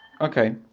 Okay